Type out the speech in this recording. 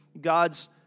God's